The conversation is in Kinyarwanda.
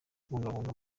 kubungabunga